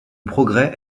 progrès